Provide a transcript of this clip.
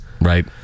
right